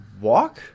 walk